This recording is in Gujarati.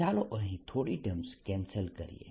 ચાલો અહીં થોડી ટર્મ્સ કેન્સલ કરીએ